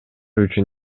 үчүн